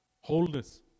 wholeness